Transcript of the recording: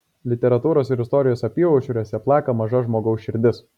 literatūros ir istorijos apyaušriuose plaka maža žmogaus širdis